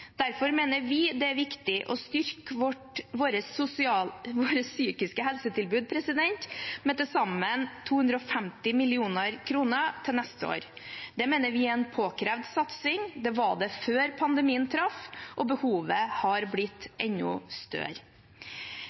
Derfor mener vi det er viktig å styrke våre psykiske helsetilbud med til sammen 250 mill. kr neste år. Det mener vi er en påkrevd satsing. Det var det før pandemien traff, og behovet har blitt enda større.